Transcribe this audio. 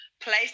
place